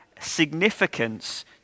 significance